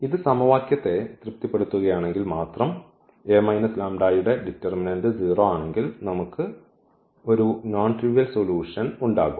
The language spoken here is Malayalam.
ഇത് സമവാക്യത്തെ തൃപ്തിപ്പെടുത്തുകയാണെങ്കിൽ മാത്രം യുടെ ഡിറ്റർമിനന്റ് 0 ആണെങ്കിൽ നമുക്ക് ഒരു നോൺ ട്രിവിയൽ സൊല്യൂഷൻ സൊല്യൂഷൻ ഉണ്ടാകും